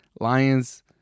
Lions